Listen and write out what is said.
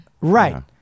Right